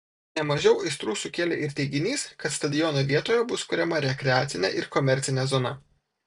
ne mažiau aistrų sukėlė ir teiginys kad stadiono vietoje bus kuriama rekreacinė ir komercinė zona